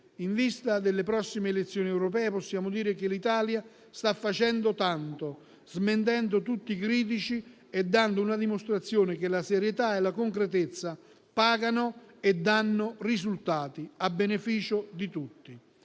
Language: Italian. In vista delle prossime elezioni europee possiamo dire che l'Italia sta facendo tanto, smentendo tutti i critici e dando una dimostrazione che la serietà e la concretezza pagano e danno risultati a beneficio di tutti.